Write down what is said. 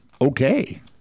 okay